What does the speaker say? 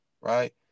right